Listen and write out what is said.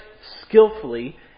skillfully